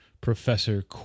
Professor